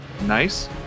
Nice